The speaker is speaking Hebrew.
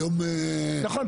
היום --- נכון,